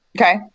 okay